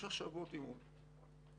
ועוד 3 שבועות אימון.